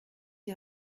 die